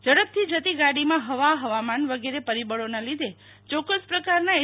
ઝડપથી જતી ગાડીમાં હવા હવામાન વગેરે પરિબળોના લીધે ચોક્ક્સ પ્રકારના એ